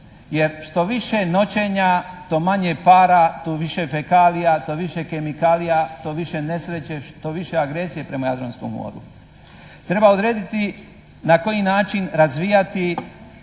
Jer što više noćenja to manje para, tu više fekalija, to više kemikalija, to više nesreće, što više agresije prema Jadranskom moru. Treba odrediti na koji način razvijati